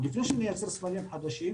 עוד לפני שנייצר סמלים חדשים